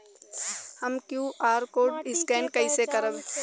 हम QR code scan कइसे करब?